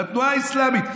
לתנועה האסלאמית.